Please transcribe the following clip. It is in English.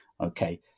okay